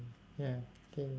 ya K